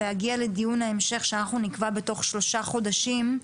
להגיע לדיון המשך שאנחנו נקבע בתוך שלושה חודשים,